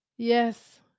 Yes